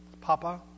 Papa